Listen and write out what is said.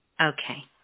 Okay